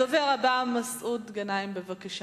הדובר הבא, חבר הכנסת מסעוד גנאים, בבקשה.